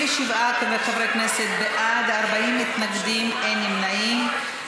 27 חברי כנסת בעד, 40 מתנגדים, אין נמנעים.